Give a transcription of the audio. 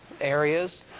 areas